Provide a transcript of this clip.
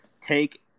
take